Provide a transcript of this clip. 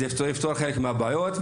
זה יפתור חלק מהבעיות.